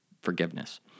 forgiveness